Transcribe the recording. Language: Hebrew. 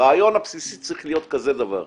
הרעיון הבסיסי צריך להיות כזה דבר,